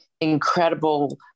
incredible